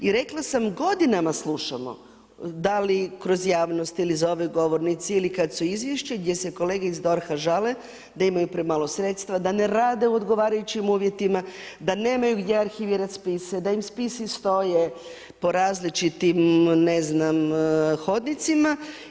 I rekla sam, godinama slušamo da li kroz javnost ili iza ove govornice ili kad su izvješća gdje se kolege iz DORH-a žale da imaju premalo sredstva, da ne rade u odgovarajućim uvjetima da nemaju gdje arhivirati spise, da im spisi stoje po različitim ne znam hodnicima.